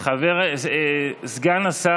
חברי הכנסת, אי-אפשר כך לנהל את הדיון.